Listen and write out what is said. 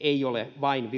ei ole vain